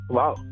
Wow